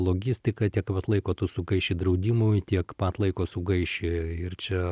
logistika tiek vat laiko tu sugaiši draudimui tiek pat laiko sugaiši ir čia